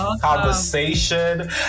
conversation